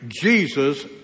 Jesus